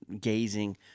gazing